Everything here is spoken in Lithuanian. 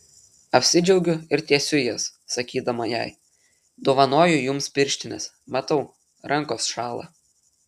apsidžiaugiu ir tiesiu jas sakydama jai dovanoju jums pirštines matau rankos šąla